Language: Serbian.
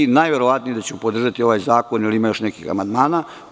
Najverovatnije da ću podržati ovaj zakon, jer ima još nekih amandmana.